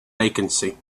vacancy